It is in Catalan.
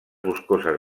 boscoses